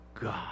God